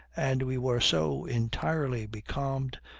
and we were so entirely becalmed,